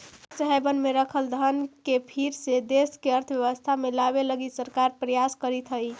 tax haven में रखल धन के फिर से देश के अर्थव्यवस्था में लावे लगी सरकार प्रयास करीतऽ हई